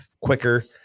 quicker